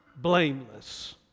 blameless